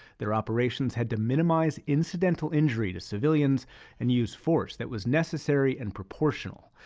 their operations had to minimize incidental injury to civilians and use force that was necessary and proportional.